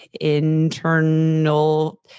internal